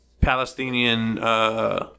Palestinian